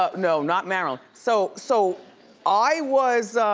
no, not now. um so so i was